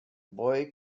boy